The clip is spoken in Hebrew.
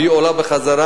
והיא עולה בחזרה,